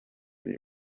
izi